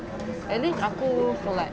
and then aku solat